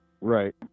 Right